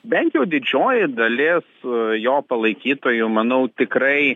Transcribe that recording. bent jau didžioji dalis jo palaikytojų manau tikrai